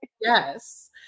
Yes